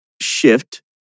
shift